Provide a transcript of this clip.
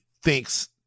thinks